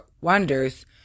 wonders